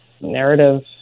narrative